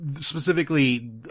Specifically